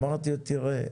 אמרתי לו תראה,